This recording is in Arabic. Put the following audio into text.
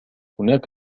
هناك